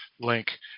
link